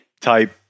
type